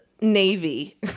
navy